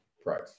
price